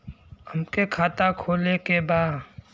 हमके खाता खोले के बा?